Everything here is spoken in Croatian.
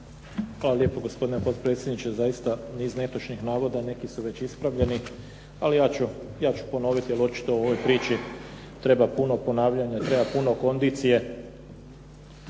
Hvala lijepo gospodine potpredsjedniče. Zaista niz netočnih navoda. Neki su već ispravljeni. Ali ja ću ponoviti, jer očito u ovoj priči treba puno ponavljanja, treba puno kondicije.